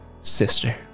Sister